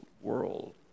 world